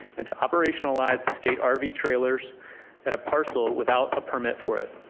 and to operationalize the state um rv trailers at a parcel without a permit for it.